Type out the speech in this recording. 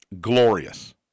glorious